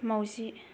माउजि